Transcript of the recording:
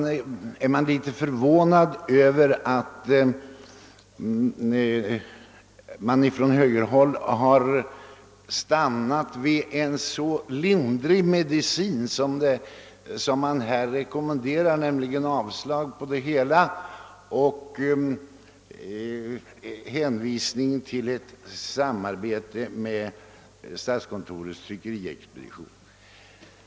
Därför är jag förvånad över att man på högerhåll har stannat för att ordinera en så svag medicin som avslag på propositionens förslag och en hänvisning till samarbete med statskontorets tryckeriexpedition.